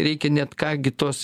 reikia net ką gi tos